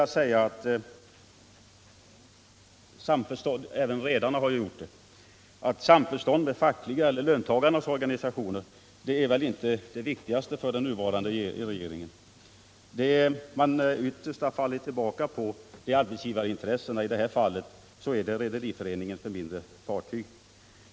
Även redarna har gjort det. Till det vill jag säga att samförstånd med löntagarnas organisationer är väl inte det viktigaste för den nuvarande regeringen. Det man ytterst har fallit tillbaka på är arbetsgivarintressena, i det här fallet Rederiföreningen för mindre fartyg.